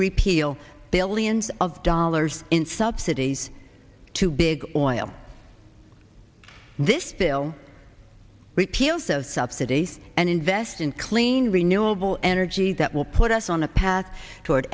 repeal billions of dollars in subsidies to big oil this bill repealed those subsidies and invest in clean renewable energy that will put us on a path toward